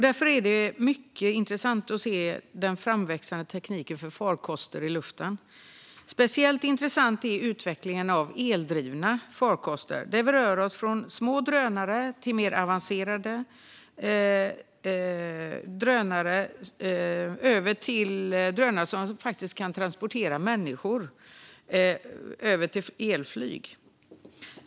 Därför är det mycket intressant att se den framväxande tekniken för farkoster i luften. Speciellt intressant är utvecklingen av eldrivna farkoster, där vi rör oss från små drönare till mer avancerade drönare vidare över till drönare som kan transportera människor och sedan till elflyg.